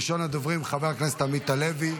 ראשון הדוברים, חבר הכנסת עמית הלוי,